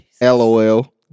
LOL